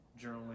journaling